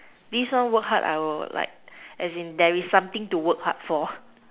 this one work hard I will would like as in there is something to work hard for